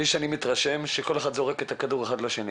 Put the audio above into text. אני מתרשם שכל אחד זורק את הכדור לשני.